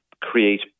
create